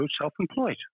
self-employed